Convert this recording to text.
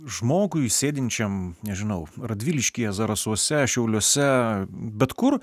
žmogui sėdinčiam nežinau radviliškyje zarasuose šiauliuose bet kur